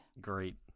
Great